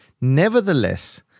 Nevertheless